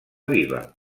viva